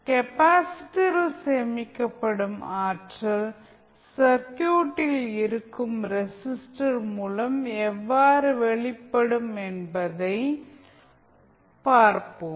கெப்பாசிட்டரில் சேமிக்கப்படும் ஆற்றல் சர்க்யூட்டில் இருக்கும் ரெசிஸ்டர் மூலம் எவ்வாறு வெளியிடப்படும் என்பதைப் பார்ப்போம்